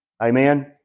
Amen